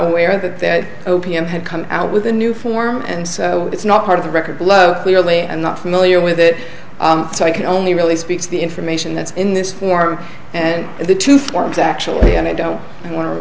aware that that o p m had come out with a new form it's not part of the record blow clearly i'm not familiar with it so i can only really speaks the information that's in this form and the two thirds actually and i don't want to